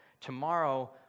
Tomorrow